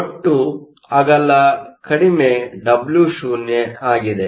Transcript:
ಒಟ್ಟು ಅಗಲ ಕಡಿಮೆ Wo ಆಗಿದೆ